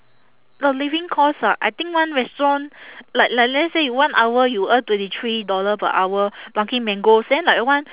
the living cost ah I think one restaurant like like let's say you one hour you earn twenty three dollar per hour plucking mangoes then like one